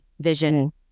vision